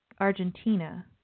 Argentina